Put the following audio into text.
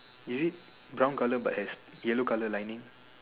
is it brown color but has yellow color lining